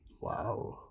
wow